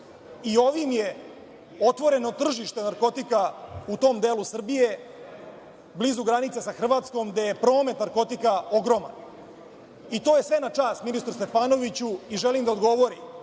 i ovim je otvoreno tržište narkotika u tom delu Srbije, blizu granice sa Hrvatskom gde je promet narkotika ogroman. To je sve na čast ministru Stefanović i želim da odgovori